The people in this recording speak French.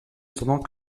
attendant